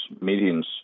meetings